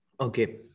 okay